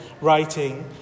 writing